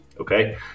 okay